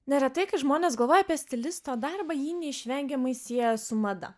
neretai kai žmonės galvoja apie stilisto darbą jį neišvengiamai sieja su mada